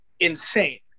insane